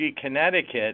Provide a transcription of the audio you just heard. Connecticut